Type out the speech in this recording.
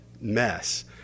mess